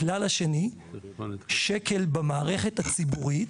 הכלל השני שקל במערכת הציבורית